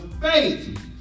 faith